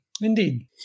Indeed